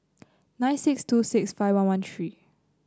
nine six two six five one one three